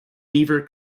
beaver